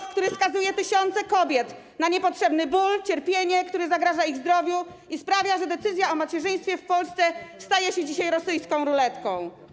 Wyrok, który skazuje tysiące kobiet na niepotrzebny ból, cierpienie, które zagraża ich zdrowiu i sprawia, że decyzja o macierzyństwie w Polsce staje się dzisiaj rosyjską ruletką.